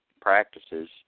practices